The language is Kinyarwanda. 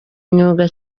imyuga